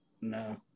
no